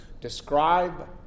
describe